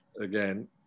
again